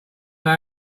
they